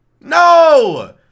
No